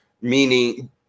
Meaning